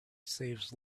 saves